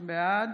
בעד